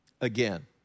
again